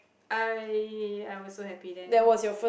I I was so happy then